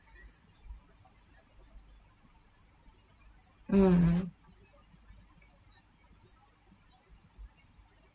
mm